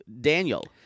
Daniel